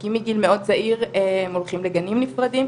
כי מגיל מאוד צעיר הם הולכים לגנים נפרדים,